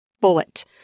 bullet